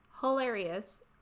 hilarious